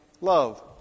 love